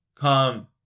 come